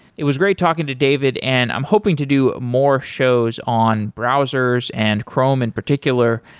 it was great talking to david and i'm hoping to do more shows on browsers and chrome in particular,